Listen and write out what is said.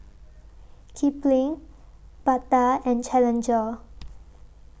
Kipling Bata and Challenger